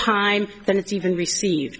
time than it's even receive